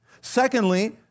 Secondly